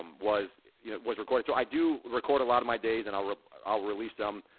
um was you know was recorded. so i do record a lot of my days and i'll i'll release them,